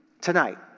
tonight